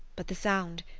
but the sound,